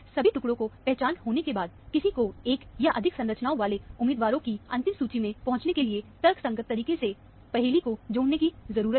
सभी टुकड़ों की पहचान होने के बाद किसी को एक या अधिक संरचनाओं वाले उम्मीदवारों की अंतिम सूची में पहुंचने के लिए तर्कसंगत तरीके से पहेली को जोड़ने की जरूरत है